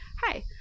Hi